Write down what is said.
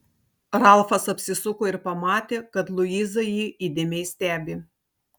ralfas apsisuko ir pamatė kad luiza jį įdėmiai stebi